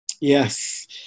Yes